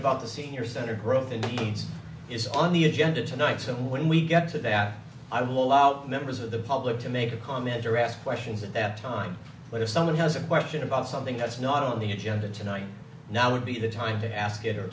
about the senior center growth in the teens is on the agenda tonight so when we get to that i will out members of the public to make a comment or ask questions at that time but if someone has a question about something that's not on the agenda tonight now would be the time to ask it